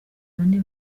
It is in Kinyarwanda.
bane